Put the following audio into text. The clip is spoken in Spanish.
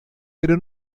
pero